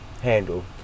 handle